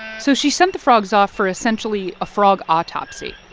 so she sent the frogs off for, essentially, a frog autopsy.